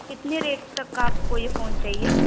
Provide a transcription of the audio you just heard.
कितने रेट तक का आपको ये फ़ोन चाहिए